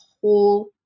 whole